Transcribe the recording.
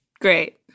Great